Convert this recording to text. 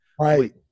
Right